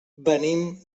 venim